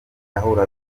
ahura